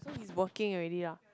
working already lah